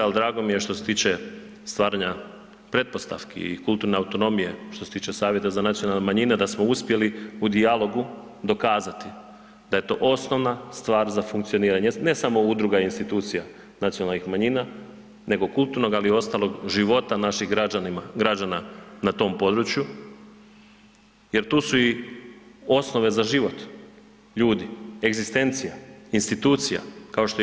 Ali drago mi je što se tiče stvaranja pretpostavki i kulturne autonomije što se tiče Savjeta za nacionalne manjine da smo uspjeli u dijalogu dokazati da je to osnovna stvar za funkcioniranje, ne samo udruga i institucija nacionalnih manjina nego kulturnog, ali i ostalog života naših građana na tom području jer tu su i osnove za život ljudi, egzistencija institucija, kao što je